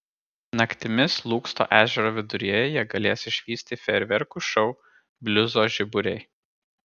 naktimis lūksto ežero viduryje jie galės išvysti fejerverkų šou bliuzo žiburiai